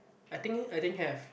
I think I think have